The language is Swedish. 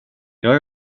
jag